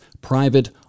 private